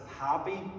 happy